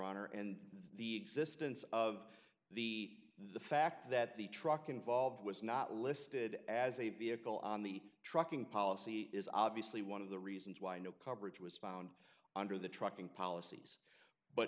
honor and the existence of the the fact that the truck involved was not listed as a vehicle on the trucking policy is obviously one of the reasons why no coverage was found under the trucking policies but